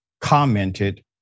commented